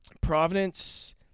Providence